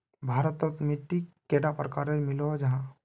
भारत तोत मिट्टी कैडा प्रकारेर मिलोहो जाहा?